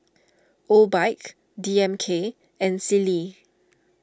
Obike D M K and Sealy